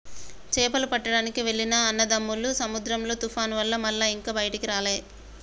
చేపలు పట్టడానికి వెళ్లిన అన్నదమ్ములు సముద్రంలో తుఫాను వల్ల మల్ల ఇక బయటికి రాలే